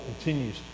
continues